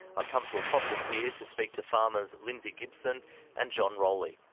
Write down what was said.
i've come to a property here to speak to farmers lindsay gibson and john rowley.